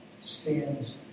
stands